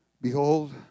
Behold